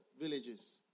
villages